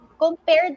compared